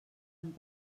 amb